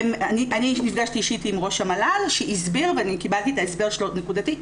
אני נפגשתי אישית עם ראש המל"ל שהסביר וקיבלתי את ההסבר שלו נקודתית,